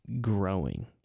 growing